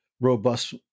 robust